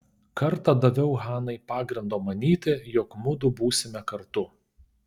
kartą daviau hanai pagrindo manyti jog mudu būsime kartu